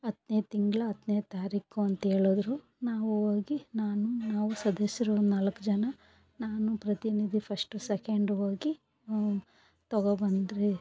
ಹತ್ತನೇ ತಿಂಗಳ ಹತ್ತನೇ ತಾರೀಕು ಅಂತ ಹೇಳದ್ರು ನಾವು ಹೋಗಿ ನಾನು ನಾವು ಸದಸ್ಯರು ಒಂದು ನಾಲ್ಕು ಜನ ನಾನು ಪ್ರತಿನಿಧಿ ಫಸ್ಟು ಸೆಕೆಂಡು ಹೋಗಿ ತೊಗೊಬಂದ್ರಿ